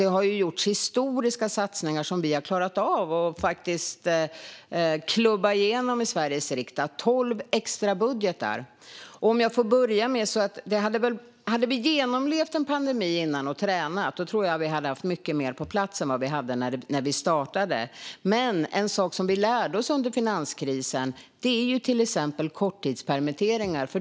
Det har ju gjorts historiska satsningar som vi har klarat av att faktiskt klubba igenom i Sveriges riksdag - tolv extrabudgetar! Hade vi genomlevt en pandemi tidigare och tränat på det tror jag att vi hade haft mycket mer på plats än vad vi hade när vi startade. Men en sak som vi lärde oss under finanskrisen var korttidspermitteringar.